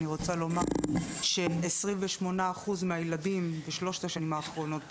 אני רוצה לומר ש-28 אחוז מהילדים בשלושת השנים האחרונות,